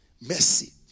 Mercy